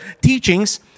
teachings